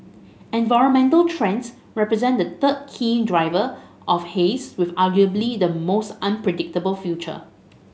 environmental trends represent the third key driver of haze with arguably the most unpredictable future